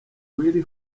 w’iri